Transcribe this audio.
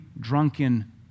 drunken